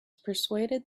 persuaded